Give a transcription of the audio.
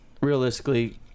realistically